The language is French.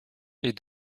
est